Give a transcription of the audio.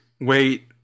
Wait